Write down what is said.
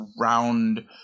round